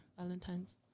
Valentine's